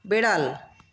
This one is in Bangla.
বেড়াল